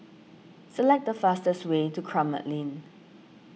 select the fastest way to Kramat Lane